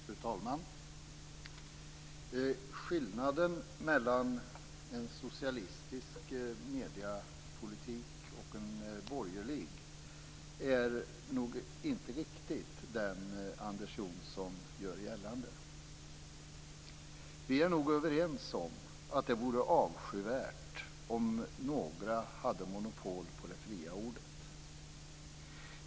Fru talman! Skillnaden mellan en socialistisk och en borgerlig mediepolitik är kanske inte riktigt den som Anders Johnson gör gällande. Vi är nog överens om att det vore avskyvärt om några hade monopol på det fria ordet.